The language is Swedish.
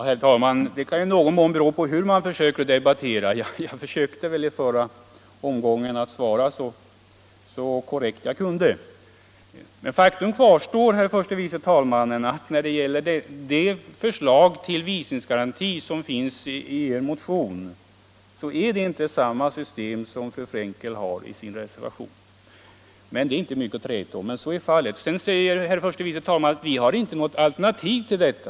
Herr talman! Man kan naturligtvis debattera dessa frågor på olika sätt. Jag försökte i den förra replikomgången svara så korrekt jag förmådde. Men faktum kvarstår, herr förste vice talmannen, att det förslag till visningsgaranti som förordas i er motion inte är samma system som det fru Frenkel skisserar i sin reservation. Det är inte mycket att träta om, men så är fallet. Vidare säger herr förste vice talmannen att vi inte har något alternativ till detta.